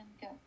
go